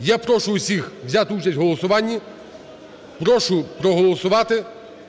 Я прошу всіх взяти участь в голосуванні. Прошу проголосувати